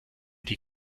die